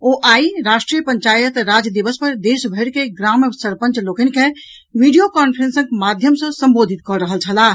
ओ आइ राष्ट्रीय पंचायत राज दिवस पर देशभरि के ग्राम सरपंच लोकनि के वीडियो कांफ्रेंसक माध्यम सँ संबोधित कऽ रहल छलाह